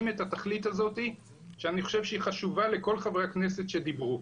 את התכלית הזאת שאני חושב שהיא חשובה לכל חברי הכנסת שדיברו.